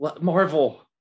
Marvel